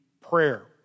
prayer